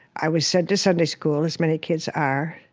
i was sent to sunday school, as many kids are.